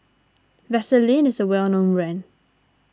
Vaselin is a well known brand